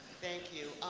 thank you,